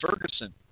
Ferguson